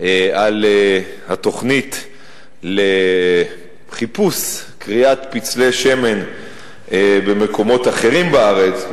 על התוכנית לחיפוש או לכריית פצלי שמן במקומות אחרים בארץ,